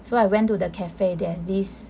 so I went to the cafe there's this